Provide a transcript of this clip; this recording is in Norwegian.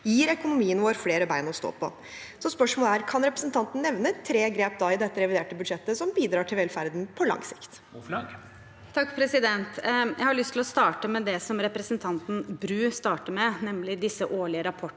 gir økonomien vår flere bein å stå på. Spørsmålet er: Kan representanten nevne tre grep i dette reviderte budsjettet som bidrar til velferden på lang sikt? Tuva Moflag (A) Jeg har lyst til å starte med det representanten Bru startet med, nemlig disse årlige rapportene